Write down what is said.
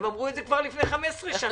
הם כבר אמרו את זה לפני 15 שנה.